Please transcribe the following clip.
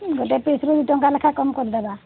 ଗୋଟେ ପିଶ୍ରୁ ଦୁଇଟଙ୍କା ଲେଖା କମ କରିଦେବା